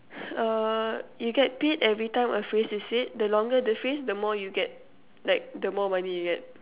uh you get paid every time a phrase is said the longer the phrase the more you get like the more money you get